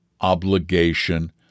obligation